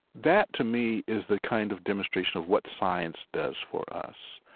that to me is the kind of demonstration of what science does for us.